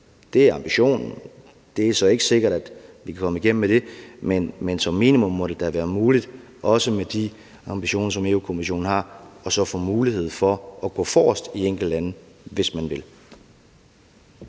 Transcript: Det er ambitionen, og det er ikke sikkert, at vi kan komme igennem med det, men som minimum må det da være muligt, også med de ambitioner, som Europa-Kommissionen har, at enkelte lande får mulighed for at gå forrest, hvis de vil.